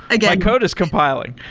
ah yeah code is compiling.